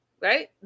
right